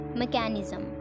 mechanism